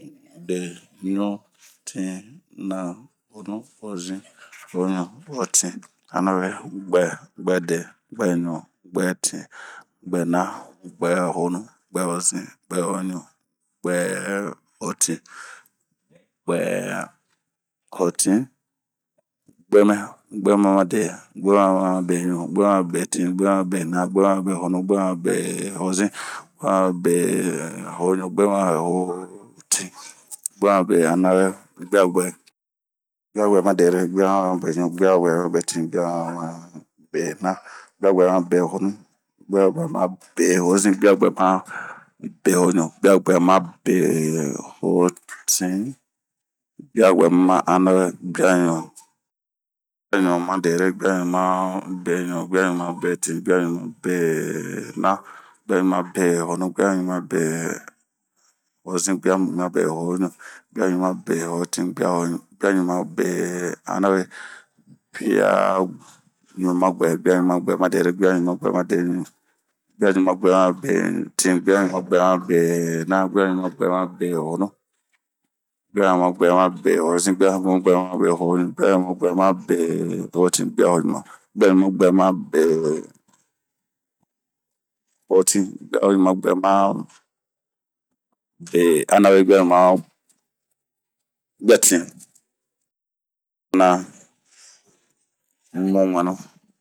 sunuwo, dee, ɲu, tin, naa ,honu, hozin ,hoɲu, hotin, anawe, buɛɛ ,buɛde ,buɛɲu, buɛtin, buɛna ,buɛhonu, buɛhozin, buɛhoɲu, buɛhotin, buɛanawe, buemɛ ,buemɛmade ,buemɛmabeŋu ,buemɛmabetin, buemɛmabena, buemɛmabehonu, buemɛmabehozin, buemɛmabehoɲu buemɛmabehotin, buemɛmabeanawe, buyabuɛ, buyabuɛmade'ere, buyabuɛmabeɲu, buyabuɛmabetin, buyabuɛmabena, buyabuɛmabehonu, buyabuɛmabehozin, buyabuɛmabehoɲu, buyabuɛmabehontin buyabuɛmabeanawe ,buyaɲu, buyaɲumade'ere, buyaɲumabeɲu, buyaɲumabetin ,buyaɲumabena, buyaɲumabehonu, buyaɲumahozin, buyaɲumahoɲu, buyaɲumahotin, buyaɲuma'anawe, buyaɲumabuɛ, buyaɲumabuɛ ma de'ere, buyaɲumabuɛmabeɲu, buyaɲumabuɛmabetin, buyaɲumabuɛmabena, buyaɲumabuɛmabehonu, buyaɲumabuɛmahozin ,buyaɲumabuɛmabehoɲu, buyaɲumabuɛmabehotin, buyaɲumabuɛmabe'anawe, buyatin,,,buyanaa, wmumuɛnu.